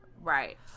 Right